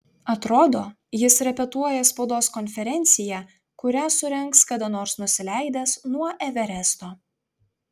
atrodo jis repetuoja spaudos konferenciją kurią surengs kada nors nusileidęs nuo everesto